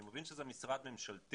אני מבין שזה משרד ממשלה,